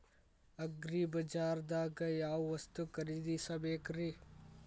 ಅಗ್ರಿಬಜಾರ್ದಾಗ್ ಯಾವ ವಸ್ತು ಖರೇದಿಸಬೇಕ್ರಿ?